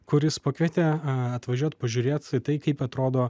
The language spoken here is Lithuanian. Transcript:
kuris pakvietė atvažiuot pažiūrėt į tai kaip atrodo